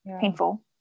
painful